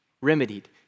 remedied